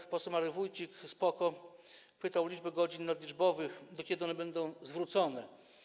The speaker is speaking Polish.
Pan poseł Marek Wójcik z PO-KO pytał o liczbę godzin nadliczbowych, do kiedy one będą zwrócone.